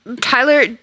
Tyler